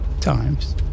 times